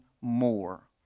more